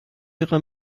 ihrer